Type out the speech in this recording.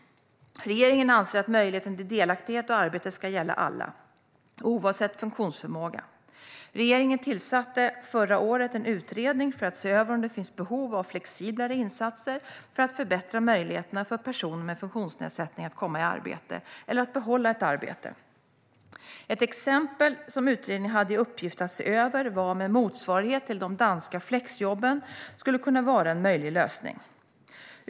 Regeringen anser att möjligheter till delaktighet och arbete ska gälla alla, oavsett funktionsförmåga. Regeringen tillsatte förra året en utredning för att se över om det finns behov av flexiblare insatser för att förbättra möjligheterna för personer med funktionsnedsättning att komma i arbete eller behålla ett arbete. Ett exempel som utredningen hade i uppgift att se över var om en motsvarighet till de danska flexjobben skulle kunna vara en möjlig lösning.